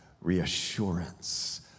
reassurance